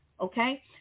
Okay